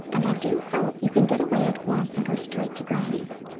and i do hope you can get away at once and go straight to granny's.